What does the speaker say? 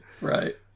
Right